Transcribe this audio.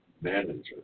managers